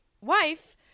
wife